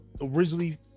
originally